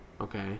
Okay